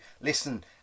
listen